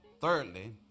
Thirdly